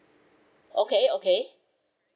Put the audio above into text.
okay okay